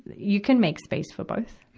you can make space for both,